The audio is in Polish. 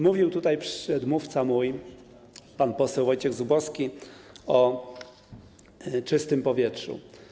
Mówił tutaj mój przedmówca, pan poseł Wojciech Zubowski, o „Czystym powietrzu”